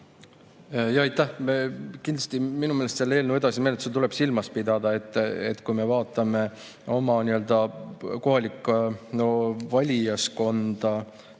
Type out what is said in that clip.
Aitäh! Kindlasti, minu meelest selle eelnõu edasisel menetlusel tuleb silmas pidada, et kui me vaatame oma kohalikku valijaskonda,